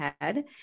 ahead